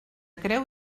creu